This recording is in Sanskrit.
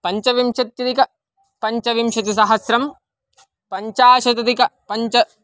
पञ्चविंशत्यदिकपञ्चविंशतिसहस्रं पञ्चाशतधिकं पञ्च